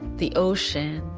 the ocean,